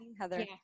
Heather